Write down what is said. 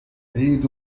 عيد